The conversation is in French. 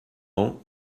ans